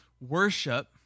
worship